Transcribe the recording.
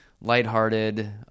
lighthearted